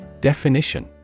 Definition